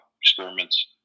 experiments